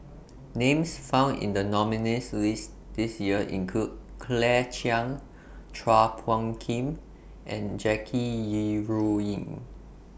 Names found in The nominees' list This Year include Claire Chiang Chua Phung Kim and Jackie Yi Ru Ying